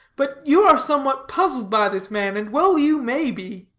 but you are somewhat puzzled by this man, and well you may be.